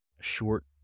short